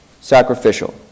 sacrificial